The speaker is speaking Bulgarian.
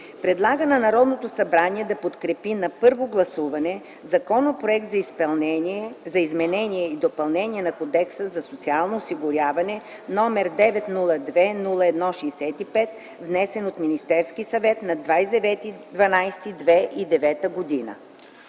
Предлага на Народното събрание да подкрепи на първо гласуване Законопроект за изменение и допълнение на Кодекса за социално осигуряване, № 902-01-65, внесен от Министерския съвет на 29 декември